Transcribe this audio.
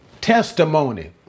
testimony